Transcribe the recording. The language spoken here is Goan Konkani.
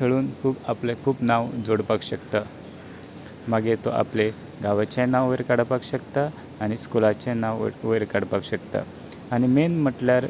खेळून खूब आपलें खूब नांव जोडपाक शकता मागी तूं आपल्या गांवाचेंय नांव काडपाक शकता आनी स्कुलाचेंय नांव व वयर काडपाक शकता आनी मेन म्हटल्यार